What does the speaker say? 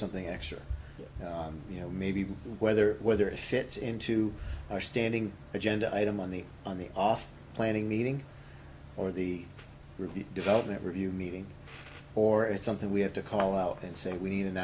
something extra you know maybe weather whether it fits into our standing agenda item on the on the off planning meeting or the development review meeting or it's something we have to call out and say we need an